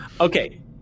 Okay